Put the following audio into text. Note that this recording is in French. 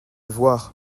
voir